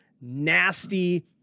nasty